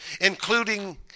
including